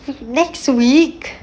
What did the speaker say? next week